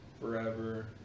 Forever